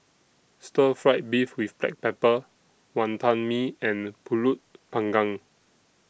Stir Fried Beef with Black Pepper Wantan Mee and Pulut Panggang